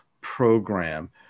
program